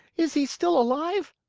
is he still alive?